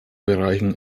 bereichen